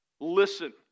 Listen